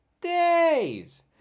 days